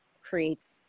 creates